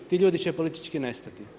Ti ljudi će politički nestati.